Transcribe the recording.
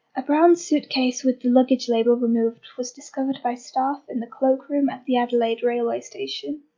a brown suitcase with the luggage label removed was discovered by staff in the cloakroom at the adelaide railway station.